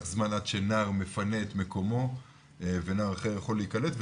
זמן עד שנער מפנה את מקומו ונער אחר יכול להיקלט,